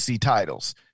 titles